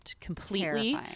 completely